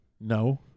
No